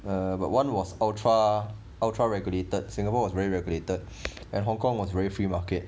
uh but one was ultra ultra regulated singapore was very regulated and hong kong was very free market